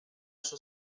sua